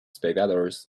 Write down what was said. spectators